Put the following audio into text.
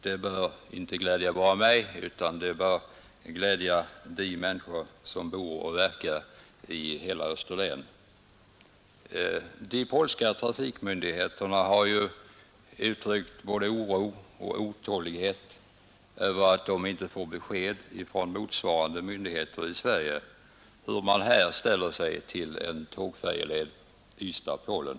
Det bör glädja inte bara mig utan alla människor som bor och verkar i hela Österlen. De polska trafikmyndigheterna har uttryckt både oro och otålighet över att de inte får besked från motsvarande myndigheter i Sverige om hur dessa ställer sig till en tågfärjeled Ystad—Polen.